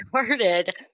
started